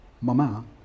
Mama